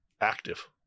active